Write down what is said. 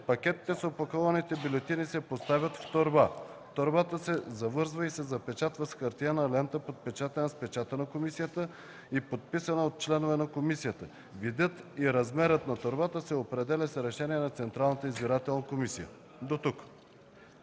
Пакетите с опакованите бюлетини се поставят в торба. Торбата се завързва и се запечатва с хартиена лента, подпечатана с печата на комисията и подписана от членове на комисията. Видът и размерът на торбата се определят с решение на Централната избирателна комисия.”